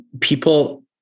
people